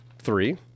Three